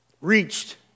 reached